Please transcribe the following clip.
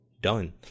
done